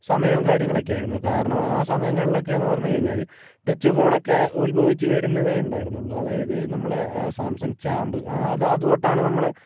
സമയവും കാര്യങ്ങളൊക്കെ ആയിരുന്നു കാരണം ആ സമയങ്ങളിലൊക്കെ എന്ന് പറഞ്ഞുകഴിഞ്ഞാല് ടെച്ച് ഫോണൊക്കെ ഉത്ഭവിച്ച് വരുന്നതേ ഉണ്ടായിരുന്നുള്ളു അതായത് നമ്മുടെ സാംസങ് ചാംപ് അത് അതു തൊട്ടാണ് നമ്മള്